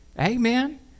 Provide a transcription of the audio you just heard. Amen